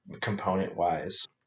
component-wise